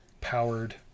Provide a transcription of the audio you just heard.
powered